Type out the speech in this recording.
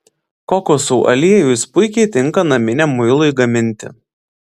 kokosų aliejus puikiai tinka naminiam muilui gaminti